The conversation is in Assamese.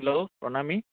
হেল্ল' প্ৰণামী